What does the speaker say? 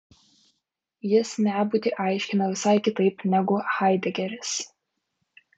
jis nebūtį aiškina visai kitaip negu haidegeris